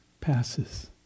passes